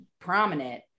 prominent